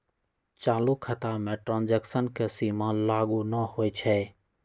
चालू खता में ट्रांजैक्शन के सीमा लागू न होइ छै